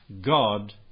God